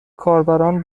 کاربران